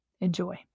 Enjoy